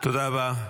תודה רבה.